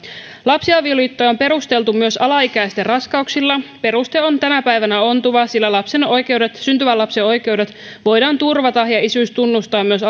lapsiavioliittoja on perusteltu myös alaikäisten raskauksilla peruste on tänä päivänä ontuva sillä syntyvän lapsen oikeudet voidaan turvata ja isyys tunnustaa myös